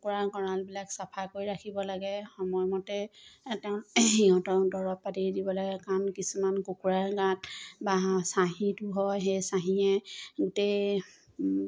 কুকুৰা গঁৰালবিলাক চাফা কৰি ৰাখিব লাগে সময়মতে তেওঁ সিহঁতৰ দৰৱ পাতি দিব লাগে কাৰণ কিছুমান কুকুৰাৰ গাঁত বা চাঁহীটো হয় সেই চাঁহীয়ে গোটেই